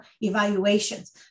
evaluations